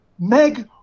Meg